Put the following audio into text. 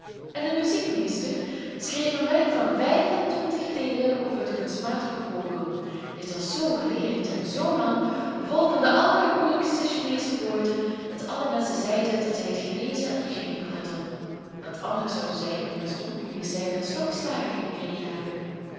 en de muziekmeester schreef een werk van vijf-en-twintig deelen over den kunstmatigen vogel dit was zoo geleerd en zoo lang vol van de allermoeilijkste chineesche woorden dat alle menschen zeiden dat zij het gelezen en begrepen hadden want anders zouden zij immers dom geweest zijn en stokslagen gekregen hebben